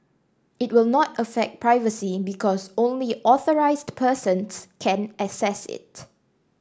it will not affect privacy because only authorised persons can access it